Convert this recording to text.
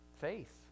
faith